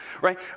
right